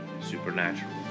supernatural